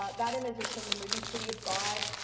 ah that image is from the movie city of god.